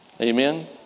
Amen